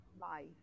life